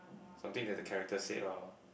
something that the character said or